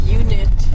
unit